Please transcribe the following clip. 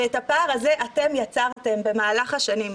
ואת הפער הזה אתם יצרתם במהלך השנים.